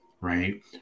right